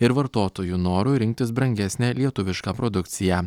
ir vartotojų noru rinktis brangesnę lietuvišką produkciją